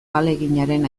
ahaleginaren